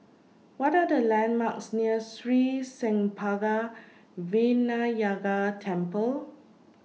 What Are The landmarks near Sri Senpaga Vinayagar Temple